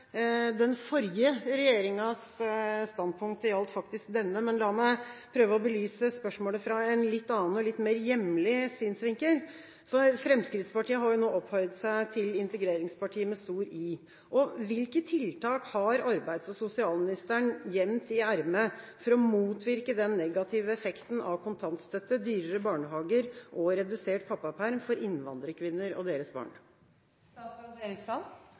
den forrige regjeringas standpunkt, det gjaldt faktisk denne, men la meg prøve å belyse spørsmålet fra en litt annen og mer hjemlig synsvinkel. Fremskrittspartiet har jo nå opphøyd seg til Integreringspartiet med stor i. Hvilke tiltak for innvandrerkvinner og deres barn har arbeids- og sosialministeren gjemt i ermet for å motvirke den negative effekten av kontantstøtte, dyrere barnehager og redusert pappaperm? Jeg kan gjerne svare på det som har med trygdeeksport å gjøre, og